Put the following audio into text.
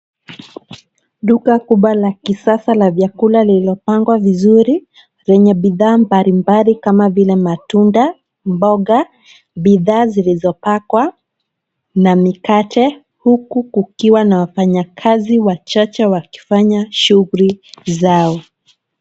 Duka kubwa la kisasa la vyakula lililopangwa vizuri zenye bidhaa mbalimbali kama vile matunda, mboga, bidhaa zilizopakwa na mikate huku kukiwa na wafanyakazi wachache wakifanya shughuli zao.